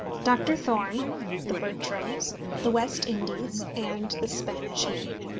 doctor thorne the bertrams the west indies and the spanish main.